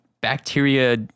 bacteria